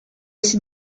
site